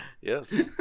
yes